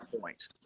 point